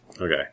Okay